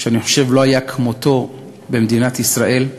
שאני חושב שלא היה כמותו במדינת ישראל.